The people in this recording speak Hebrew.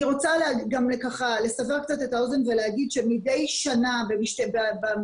אני רוצה גם לסבר קצת את האוזן ולהגיד שמדי שנה במדינה